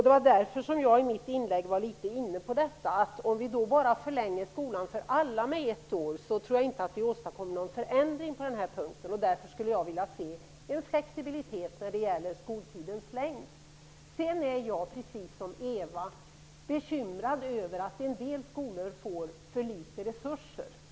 Det var därför som jag i mitt inlägg var inne på detta, att jag inte tror att vi åstadkommer någon förändring på den här punkten om vi förlänger skolan med ett år för alla. Därför skulle jag vilja se en flexibilitet när det gäller skoltidens längd. Jag är, precis som Eva Johansson, bekymrad över att en del skolor får för litet resurser.